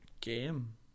game